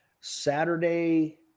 Saturday